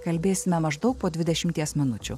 kalbėsime maždaug po dvidešimties minučių